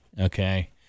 okay